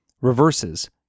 reverses